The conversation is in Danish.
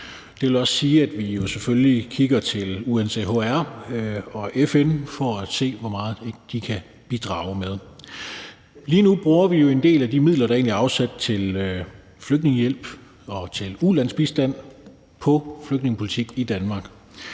også sige, at vi kigger til UNHCR og FN for at se, hvor meget de kan bidrage med. Lige nu bruger vi jo en del af de midler, der egentlig er afsat til flygtningehjælp og til ulandsbistand, på flygtningepolitik i Danmark.